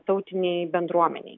tautinei bendruomenei